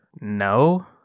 No